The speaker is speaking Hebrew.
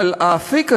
אבל האפיק הזה,